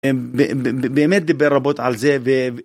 באמת ברבות על זה